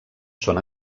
són